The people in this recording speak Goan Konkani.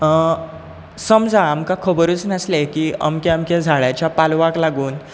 समजा आमकां खबरूच नासलें की अमकें अमकें झाडाच्या पालवाक लागून